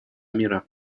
мира